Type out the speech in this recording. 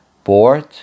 Board